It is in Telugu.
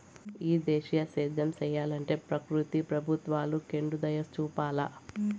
ఈ దేశీయ సేద్యం సెయ్యలంటే ప్రకృతి ప్రభుత్వాలు కెండుదయచూపాల